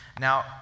Now